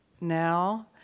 now